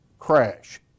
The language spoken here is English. crash